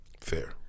fair